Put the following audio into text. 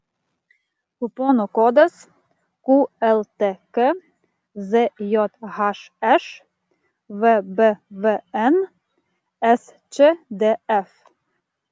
kupono kodas qltk zjhš vbvn sčdf